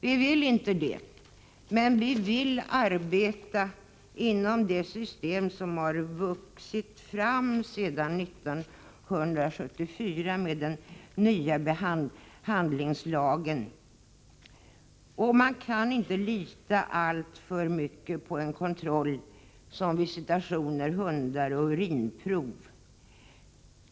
Vi vill inte detta, utan vi vill arbeta inom det system som har vuxit fram sedan 1974 då den nya behandlingslagen infördes. Man kan inte lita alltför mycket på en kontroll med ”hundar och urinprov”.